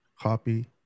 Copy